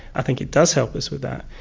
i think it does help us with that,